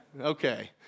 Okay